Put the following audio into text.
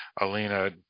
Alina